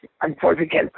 unfortunately